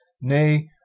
nay